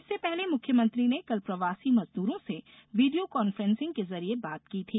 इससे पहले मुख्यमंत्री ने कल प्रवासी मजदूरों से वीडियो कांफ्रेंसिंग के जरिए बात की थी